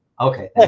Okay